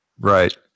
Right